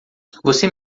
você